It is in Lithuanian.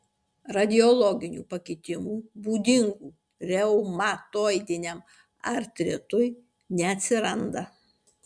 radiologinių pakitimų būdingų reumatoidiniam artritui neatsiranda